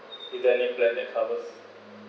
is there any plan that covers